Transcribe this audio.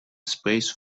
space